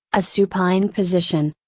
a supine position.